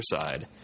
side